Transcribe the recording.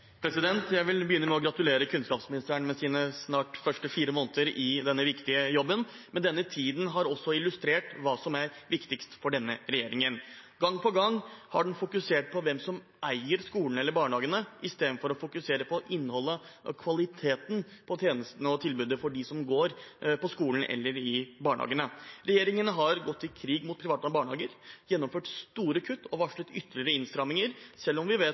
Jeg vil begynne med å gratulere kunnskapsministeren med de første snart 4 månedene hennes i denne viktige jobben. Denne tiden har også illustrert hva som er viktigst for denne regjeringen. Gang på gang har den fokusert på hvem som eier skolene eller barnehagene, i stedet for å fokusere på innholdet i og kvaliteten på tjenestene og tilbudet for dem som går på skolen eller i barnehagene. Regjeringen har gått til krig mot private barnehager, gjennomført store kutt og varslet ytterligere innstramminger, selv om vi vet